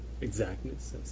Exactness